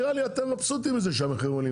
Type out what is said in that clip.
נראה לי שאתם מבסוטים מזה שהמחירים עולים,